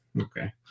okay